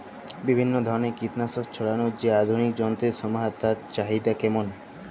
বিভিন্ন ধরনের কীটনাশক ছড়ানোর যে আধুনিক যন্ত্রের সমাহার তার চাহিদা কেমন?